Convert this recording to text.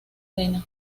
arena